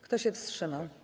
Kto się wstrzymał?